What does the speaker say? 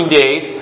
days